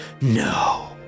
No